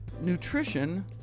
nutrition